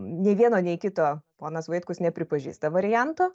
nei vieno nei kito ponas vaitkus nepripažįsta varianto